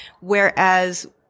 whereas